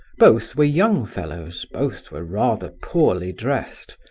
both were young fellows, both were rather poorly dressed,